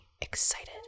excited